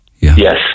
Yes